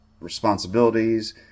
responsibilities